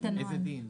איזה דין?